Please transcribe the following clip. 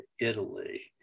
Italy